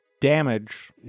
damage